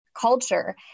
culture